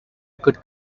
could